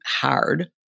hard